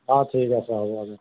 অঁ ঠিক আছে হ'ব হ'ব